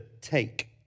take